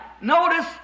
notice